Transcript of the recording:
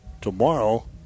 tomorrow